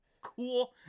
cool